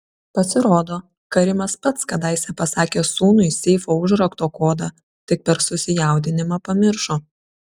pasirodo karimas pats kadaise pasakė sūnui seifo užrakto kodą tik per susijaudinimą pamiršo